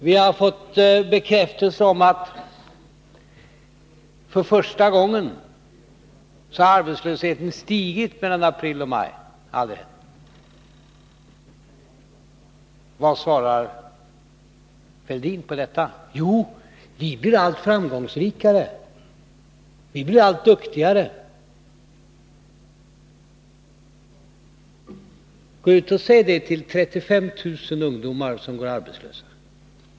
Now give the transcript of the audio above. Vi har fått bekräftelse på att arbetslösheten för första gången stigit mellan april och maj. Det har aldrig hänt tidigare. Vad svarar Thorbjörn Fälldin på detta? Jo, vi blir allt framgångsrikare. Vi blir allt duktigare. Gå ut och säg det till 35 000 ungdomar som går arbetslösa!